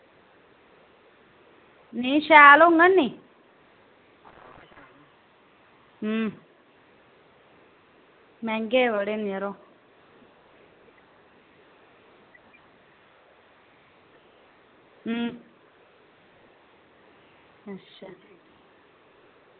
नेईं शैल होङन निं मैंह्गे बड़े न यरो अच्छा